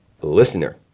listener